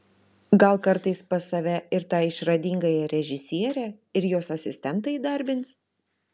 gal kartais pas save ir tą išradingąją režisierę ir jos asistentą įdarbins